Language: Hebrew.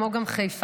כמו גם חיפה,